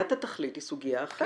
סוגיית התכלית היא סוגיה אחרת,